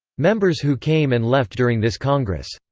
members who came and left during this congress.